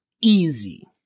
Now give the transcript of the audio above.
Easy